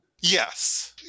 Yes